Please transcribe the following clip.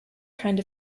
kind